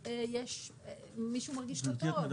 אם מישהו מרגיש לא טוב,